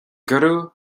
gcuireadh